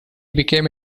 became